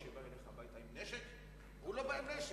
מי שבא אליך הביתה עם נשק, הוא לא בא עם נשק.